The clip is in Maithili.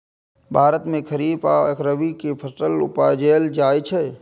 भारत मे खरीफ आ रबी के फसल उपजाएल जाइ छै